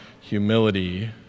humility